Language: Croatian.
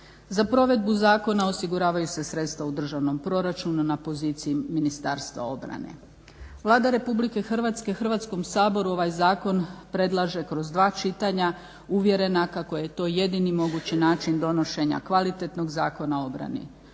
Za provedbu zakona osiguravaju se sredstva u državnom proračuna na poziciji Ministarstva obrane. Vlada Republike Hrvatske Hrvatskom saboru ovaj zakon predlaže kroz dva čitanja, uvjerena kako je to jedini mogući način donošenja kvalitetnog Zakona o obrani.